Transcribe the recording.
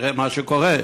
תראה מה קורה.